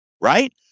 right